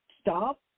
stop